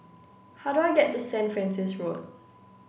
how do I get to Saint Francis Road